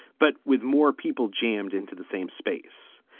but with more people jammed into the same space.